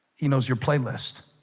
he knows your playlist